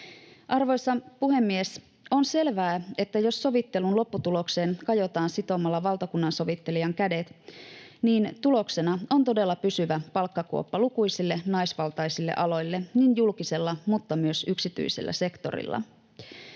Arvoisa puhemies! On selvää, että jos sovittelun lopputulokseen kajotaan sitomalla valtakunnansovittelijan kädet, niin tuloksena on todella pysyvä palkkakuoppa lukuisille naisvaltaisille aloille julkisella mutta myös yksityisellä sektorilla.